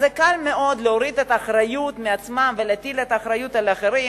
אז קל מאוד להוריד את האחריות מעצמם ולהטיל את האחריות על אחרים,